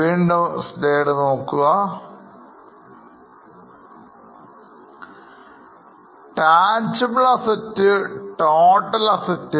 Tangible asasets Toatl Assets ൻറെ 80 ആണ്